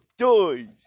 toys